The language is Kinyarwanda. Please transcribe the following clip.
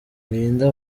belinda